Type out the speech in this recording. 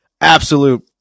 absolute